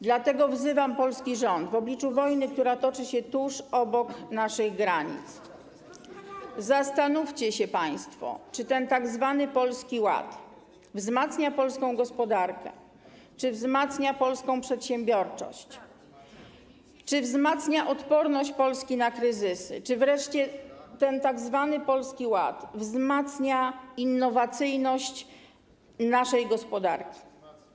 Dlatego wzywam polski rząd w obliczu wojny, która toczy się tuż obok naszych granic: Zastanówcie się państwo, czy ten tzw. Polski Ład wzmacnia polską gospodarkę, czy wzmacnia polską przedsiębiorczość, czy wzmacnia odporność Polski na kryzysy, czy wreszcie ten tzw. Polski Ład wzmacnia innowacyjność naszej gospodarki.